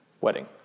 wedding